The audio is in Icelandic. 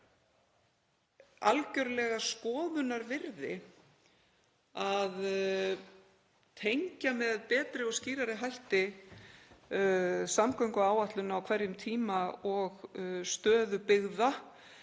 að það er algjörlega skoðunar virði að tengja með betri og skýrari hætti samgönguáætlun á hverjum tíma og stöðu byggða.